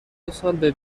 دوسال